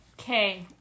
Okay